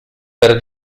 per